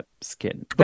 skin